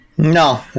No